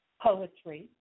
poetry